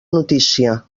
notícia